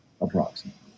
Approximately